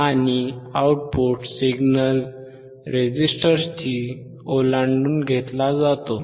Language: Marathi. आणि आउटपुट सिग्नल रेझिस्टरशी ओलांडून घेतला जातो